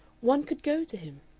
one could go to him.